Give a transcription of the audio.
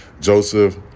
Joseph